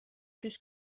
plus